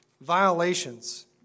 violations